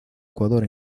ecuador